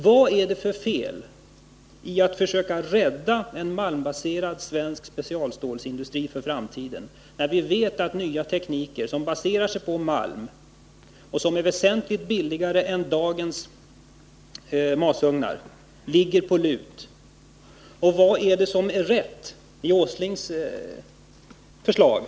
Vad är det för fel i att försöka rädda en malmbaserad svensk specialstålsindustri för framtiden, när vi vet att nya tekniker — som baserar sig på malm och som är väsentligt billigare än dagens masugnar — ligger på lut? Och vad är det som är rätt i Nils Åslings förslag?